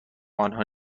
آنها